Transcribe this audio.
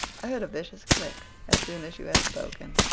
i heard a vicious click as soon as you had spoken.